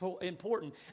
important